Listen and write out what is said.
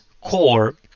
core